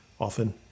often